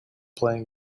playing